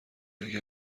اگه